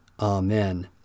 Amen